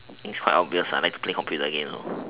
quite obvious lah next play computer game